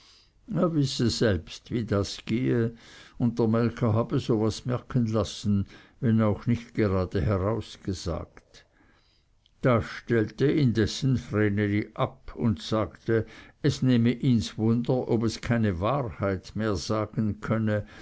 er wisse selbst wie das gehe und der melker habe so was merken lassen wenn auch nicht gerade herausgesagt da stellte indessen vreneli ab und sagte es nehme ihns wunder ob es keine wahrheit mehr sagen könne